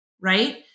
Right